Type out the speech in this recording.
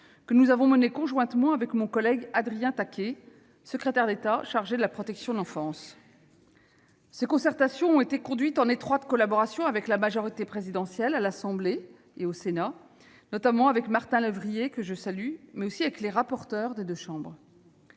sociaux, menées conjointement avec mon collègue Adrien Taquet, secrétaire d'État chargé de la protection de l'enfance. Ces concertations ont été conduites en étroite collaboration avec la majorité présidentielle à l'Assemblée nationale et au Sénat, notamment avec Martin Lévrier, que je salue, mais aussi avec les rapporteurs des deux chambres.